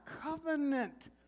covenant